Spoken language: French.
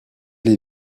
les